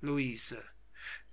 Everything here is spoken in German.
luise